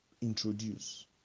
introduce